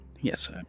Yes